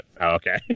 Okay